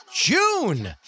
June